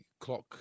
clock